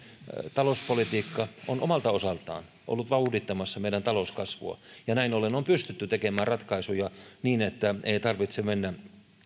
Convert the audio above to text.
talouspolitiikka on omalta osaltaan ollut vauhdittamassa meidän talouskasvua ja näin ollen on pystytty tekemään ratkaisuja niin että ei tarvitse mennä